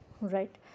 right